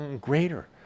greater